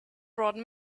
brought